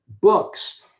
books